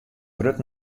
grut